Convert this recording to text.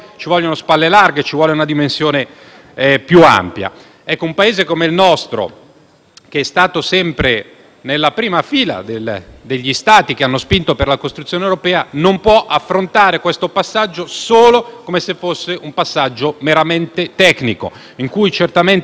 più ampia. Un Paese come il nostro, che è stato sempre nella prima fila degli Stati che hanno spinto per la costruzione europea, non può affrontare questo passaggio come se fosse meramente tecnico. È certamente giusto discutere su come mettere in sicurezza